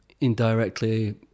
indirectly